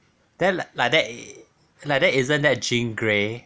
then like that it like that isn't that jean grey